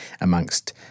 amongst